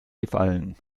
gefallen